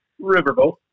Riverboat